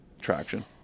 traction